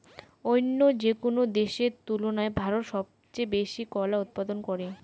অইন্য যেকোনো দেশের তুলনায় ভারত সবচেয়ে বেশি কলা উৎপাদন করে